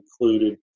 included